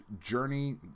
Journey